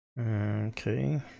Okay